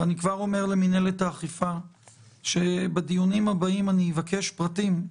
ואני כבר אומר למינהלת האכיפה שבדיונים הבאים אני אבקש פרטים.